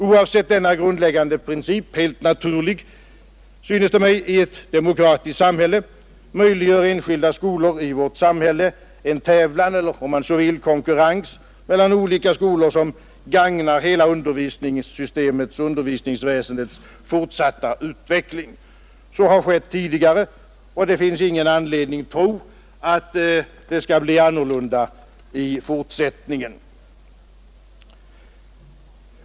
Oavsett denna grundläggande princip — helt naturlig synes det mig i ett demokratiskt samhälle — möjliggör enskilda skolor i vårt samhälle en tävlan eller om man så vill konkurrens mellan olika skolor som gagnar hela undervisningsystemets och undervisningsväsendets fortsatta utveckling. Så har skett tidigare, och det finns ingen anledning tro att det skall bli annorlunda i fortsättningen.